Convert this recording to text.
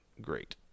great